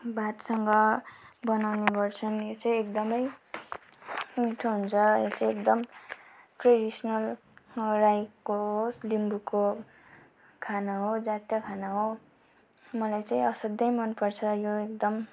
भातसँग बनाउने गर्छन् यो चाहिँ एकदमै मिठो हुन्छ यो चाहिँ एकदम ट्रेडिसनल राईको होस् लिम्बूको खाना हो जातीय खाना हो मलाई असाध्यै मन पर्छ यो एकदम